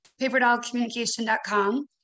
paperdollcommunication.com